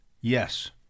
Yes